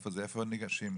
איפה הם ניגשים?